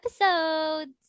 episodes